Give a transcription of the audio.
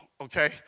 okay